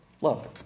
love